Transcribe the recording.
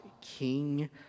King